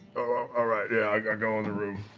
ah right. yeah. like i go in the room.